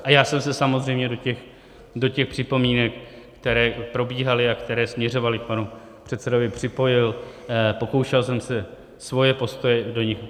A já jsem se samozřejmě do těch připomínek, které probíhaly a které směřovaly k panu předsedovi, připojil, pokoušel jsem se o svoje postoje do nich.